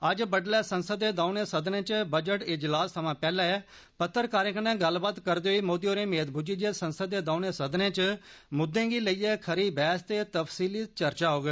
अज्ज बड्डलै संसद दे दौनें सदनें इच बजट इजलास थमां पैहले पत्रकारें कन्नै गल्लबात करदे होई मोदी होरें मेद बुज्झी जे संसद दे दौनें सदनें इच मुददें गी लेइयै खरी बहस ते तफसीली चर्चा होग